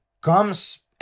comes